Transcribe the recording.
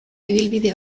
ibilbide